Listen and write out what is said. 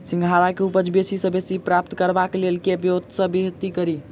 सिंघाड़ा केँ उपज बेसी सऽ बेसी प्राप्त करबाक लेल केँ ब्योंत सऽ खेती कड़ी?